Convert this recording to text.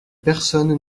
personne